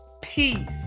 peace